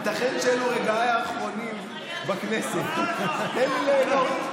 ייתכן שאלו רגעיי האחרונים בכנסת, תן לי ליהנות.